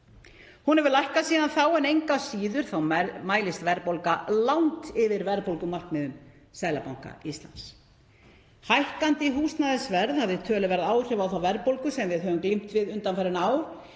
Hún hefur lækkað síðan þá en engu að síður mælist verðbólga langt yfir verðbólgumarkmiðum Seðlabanka Íslands. Hækkandi húsnæðisverð hafði töluverð áhrif á þá verðbólgu sem við höfum glímt við undanfarin ár